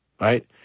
right